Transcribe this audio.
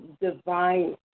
divine